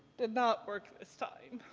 did not work this time.